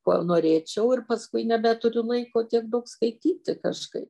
ko norėčiau ir paskui nebeturiu laiko tiek daug skaityti kažkaip